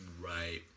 right